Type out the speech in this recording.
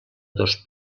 dos